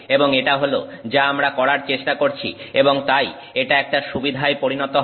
এবং এটা হল যা আমরা করার চেষ্টা করছি এবং তাই এটা একটা সুবিধায় পরিণত হয়